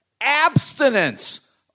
abstinence